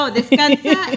descansa